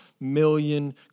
million